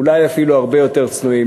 אולי אפילו הרבה יותר צנועים,